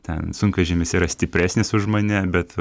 ten sunkvežimis yra stipresnis už mane bet